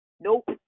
Nope